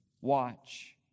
Watch